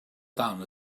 dan